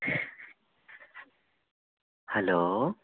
hello